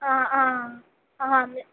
आ आ हा